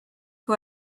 who